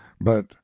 But